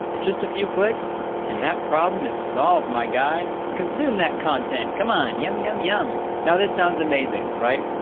just a few clicks and that problem is solved, my guy. consume that content. come on. yum, yum, yum. now this sounds amazing, right?